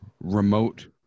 Remote